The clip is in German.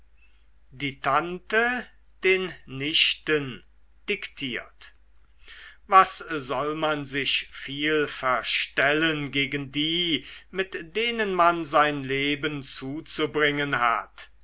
die tante den nichten diktiert was soll man sich viel verstellen gegen die mit denen man sein leben zuzubringen hat